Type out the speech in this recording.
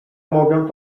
mogę